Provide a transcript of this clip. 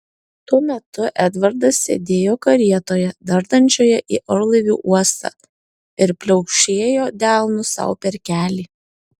tuo metu edvardas sėdėjo karietoje dardančioje į orlaivių uostą ir pliaukšėjo delnu sau per kelį